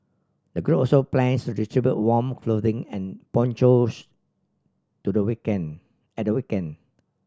the group also plans to distribute warm clothing and ponchos to the weekend at the weekend